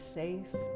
safe